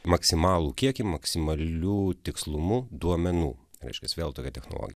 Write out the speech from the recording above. maksimalų kiekį maksimaliu tikslumu duomenų reiškias vėl tokia technolog